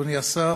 תודה, אדוני השר,